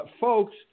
folks